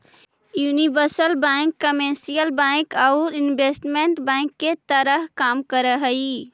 universal bank commercial bank आउ investment bank के तरह कार्य कर हइ